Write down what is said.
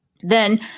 Then-